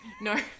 No